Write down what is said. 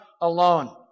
alone